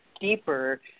deeper